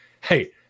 hey